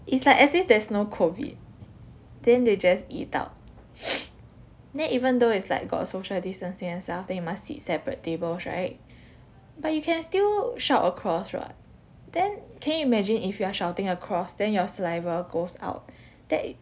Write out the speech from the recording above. it's like as if there's no COVID then they just eat out there even though it's like got social distancing and stuff then you must sit separate tables right but you can still shout across [what] then can you imagine if you are shouting across then your saliva goes out that is